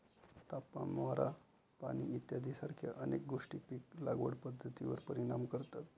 तापमान, वारा, पाणी इत्यादीसारख्या अनेक गोष्टी पीक लागवड पद्धतीवर परिणाम करतात